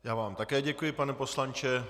Já vám také děkuji, pane poslanče.